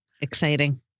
Exciting